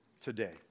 today